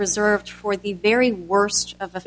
reserved for the very worst of